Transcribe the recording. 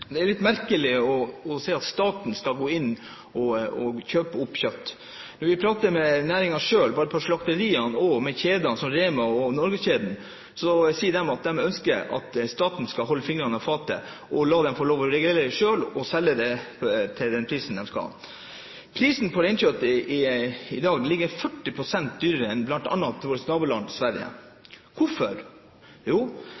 Det er litt merkelig å si at staten skal gå inn og kjøpe opp kjøtt. Når vi prater med næringen selv, både slakteriene og kjedene, som REMA 1000 og NorgesGruppen, så sier de at de ønsker at staten skal holde fingrene av fatet og la dem få lov til å regulere dette selv og selge til den prisen de skal. Prisen på reinkjøtt er i dag 40 pst. høyere enn i bl.a. vårt naboland Sverige. Hvorfor? Jo,